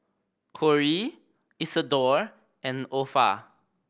Cory Isadore and Opha